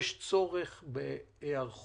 יש צורך בהיערכות,